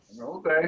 Okay